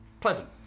pleasant